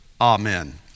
Amen